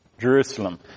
Jerusalem